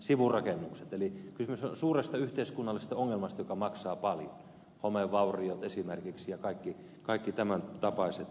kysymys on suuresta yhteiskunnallisesta ongelmasta joka maksaa paljon esimerkiksi homevauriot ja kaikki tämän tapaiset